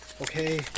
Okay